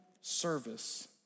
service